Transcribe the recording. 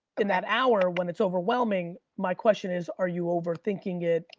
in that hour when it's overwhelming, my question is, are you overthinking it,